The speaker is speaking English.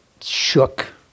shook